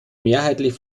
mehrheitlich